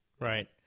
right